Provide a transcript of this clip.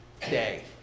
day